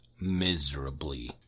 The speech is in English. miserably